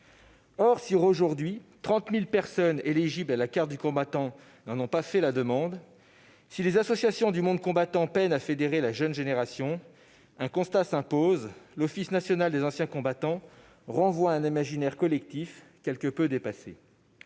Or, si aujourd'hui 30 000 personnes éligibles à la carte du combattant n'en ont pas fait la demande, si les associations du monde combattant peinent à fédérer la jeune génération, un constat s'impose : l'Office national des anciens combattants renvoie à un imaginaire collectif quelque peu dépassé.